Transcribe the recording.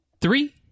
three